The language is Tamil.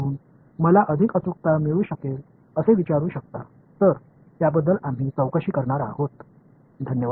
எனவே அதைத்தான் நாங்கள் விசாரிக்கப் போகிறோம்